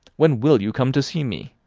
when will you come to see me?